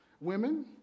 Women